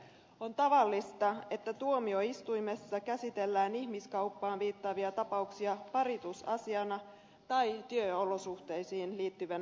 on tavallista että tuomioistuimessa käsitellään ihmiskauppaan viittaavia tapauksia paritusasiana tai työolosuhteisiin liittyvänä asiana